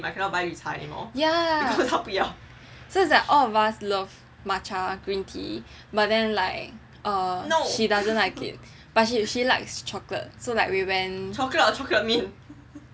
ya so is like all of us love matcha green tea but then like err she doesn't like it but then she she likes chocolate